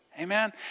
Amen